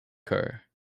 kerr